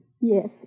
Yes